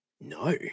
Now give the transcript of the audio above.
No